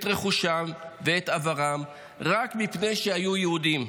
את רכושם ואת עברם רק מפני שהיו יהודים,